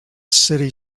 city